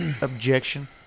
objection